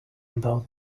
about